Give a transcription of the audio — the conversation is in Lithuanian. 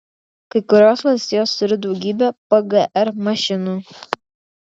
kai kurios valstijos turi daugybę pgr mašinų